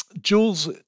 Jules